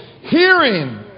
hearing